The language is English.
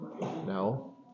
No